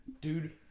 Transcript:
Dude